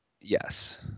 Yes